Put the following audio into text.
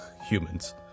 humans